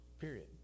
Period